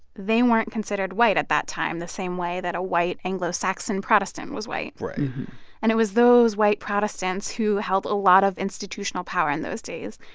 they weren't considered white at that time the same way that a white anglo-saxon protestant was white. and it was those white protestants who held a lot of institutional power in those days.